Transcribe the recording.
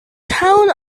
town